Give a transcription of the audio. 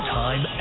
time